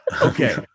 Okay